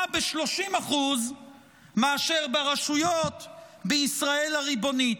גבוהה ב-30% מאשר ברשויות בישראל הריבונית.